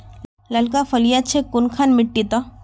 लालका फलिया छै कुनखान मिट्टी त?